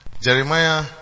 Jeremiah